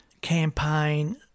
campaign